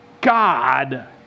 God